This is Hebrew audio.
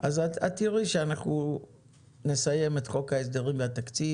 אז את תראי שאנחנו נסיים את חוק ההסדרים והתקציב,